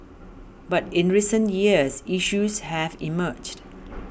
but in recent years issues have emerged